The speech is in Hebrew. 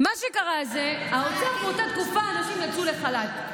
מה שקרה הוא שבאותה תקופה אנשים יצאו לחל"ת,